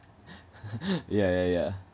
yeah yeah yeah